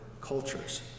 cultures